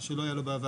מה שלא היה לו בעבר.